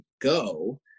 go